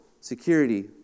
security